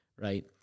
right